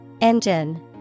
Engine